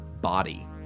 body